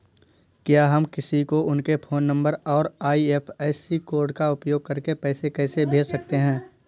क्या हम किसी को उनके फोन नंबर और आई.एफ.एस.सी कोड का उपयोग करके पैसे कैसे भेज सकते हैं?